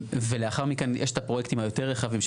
ולאחר מכן יש את הפרויקטים היותר רחבים,